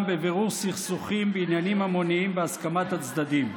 בבירור סכסוכים בעניינים המוניים בהסכמת הצדדים.